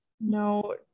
No